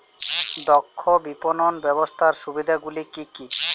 দক্ষ বিপণন ব্যবস্থার সুবিধাগুলি কি কি?